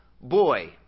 boy